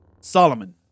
Solomon